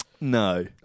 No